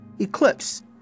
Eclipse